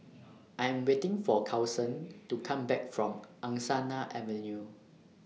I Am waiting For Carson to Come Back from Angsana Avenue